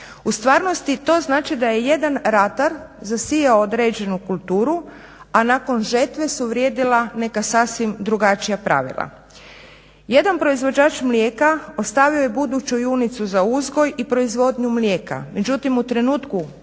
U stvarnosti to znači da je jedan ratar zasijao određenu kulturu, a nakon žetve su vrijedila neka sasvim drugačija pravila. Jedan proizvođač mlijeka ostavio je buduću junicu za uzgoj i proizvodnju mlijeka, međutim u trenutku